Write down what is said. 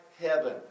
heaven